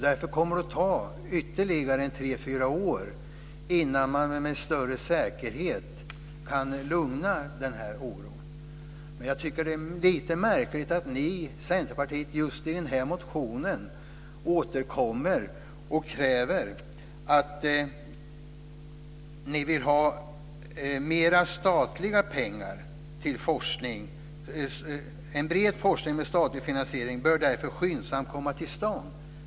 Därför kommer det att ta ytterligare tre fyra år innan man med större säkerhet kan lugna oron. Det är lite märkligt att Centerpartiet just i denna motion återkommer och kräver mer statliga pengar till forskning. Ni säger: En bred forskning med statliga finansiering bör därför skyndsamt komma till stånd.